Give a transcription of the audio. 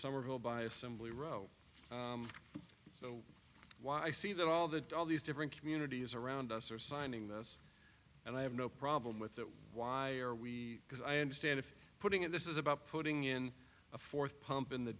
somerville by assembly row so why see that all the all these different communities around us are signing this and i have no problem with that why are we because i understand if putting in this is about putting in a fourth pump in the